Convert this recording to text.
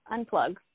Unplug